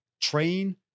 train